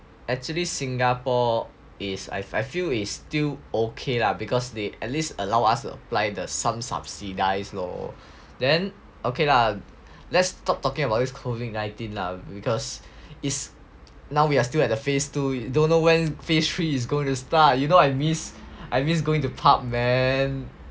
actually Singapore is I I feel is still okay lah because they at least allow us to apply the some subsidize lor then okay lah let's stop talking about this COVID nineteen lah because is now we are still at the phase two we don't know when phase three is going to start you know I miss I miss going to pub man